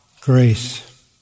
grace